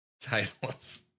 titles